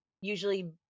usually